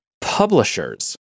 publishers